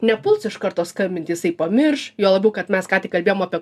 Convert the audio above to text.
nepuls iš karto skambinti jisai pamirš juo labiau kad mes ką tik kalbėjom apie